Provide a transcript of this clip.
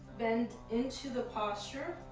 bend into the posture,